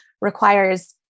requires